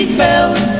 bells